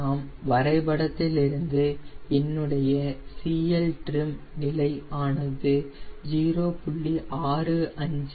நாம் வரைபடத்திலிருந்து என்னுடைய CLtrim நிலை ஆனது 0